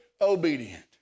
obedient